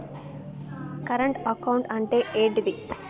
Current account అంటే ఏంటిది?